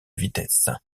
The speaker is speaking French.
vitesse